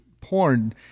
porn